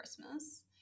christmas